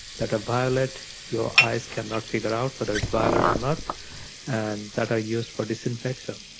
that a violet your eyes cannot figure out whether it's violet or not and that are used for disinfection.